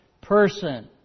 person